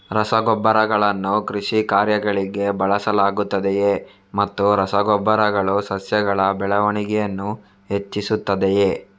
ರಸಗೊಬ್ಬರಗಳನ್ನು ಕೃಷಿ ಕಾರ್ಯಗಳಿಗೆ ಬಳಸಲಾಗುತ್ತದೆಯೇ ಮತ್ತು ರಸ ಗೊಬ್ಬರಗಳು ಸಸ್ಯಗಳ ಬೆಳವಣಿಗೆಯನ್ನು ಹೆಚ್ಚಿಸುತ್ತದೆಯೇ?